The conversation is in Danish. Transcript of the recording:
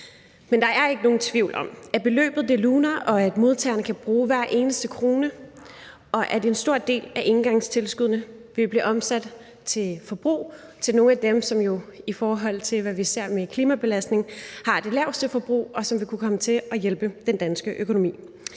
Men der er ikke nogen tvivl om, at beløbet luner, og at modtagerne kan bruge hver eneste krone, og at en stor del af engangstilskuddene vil blive omsat til forbrug hos nogle af dem, som jo, i forhold til hvad vi ser med klimabelastning, har det laveste forbrug, og som vil kunne komme til at hjælpe den danske økonomi.